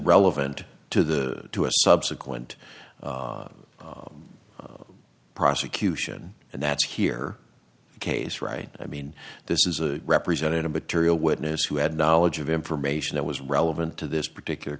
relevant to the to a subsequent prosecution and that's here the case right i mean this is a representative material witness who had knowledge of information that was relevant to this particular